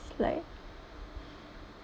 it's like